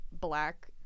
black